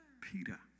Peter